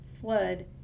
flood